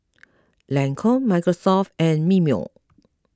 Lancome Microsoft and Mimeo